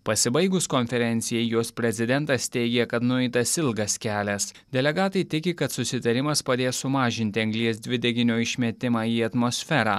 pasibaigus konferencijai jos prezidentas teigė kad nueitas ilgas kelias delegatai tiki kad susitarimas padės sumažinti anglies dvideginio išmetimą į atmosferą